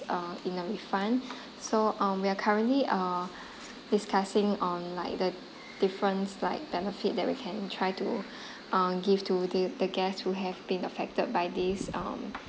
uh in a refund so um we are currently uh discussing on like the difference like benefit that we can try to uh give to the the guests who have been affected by this um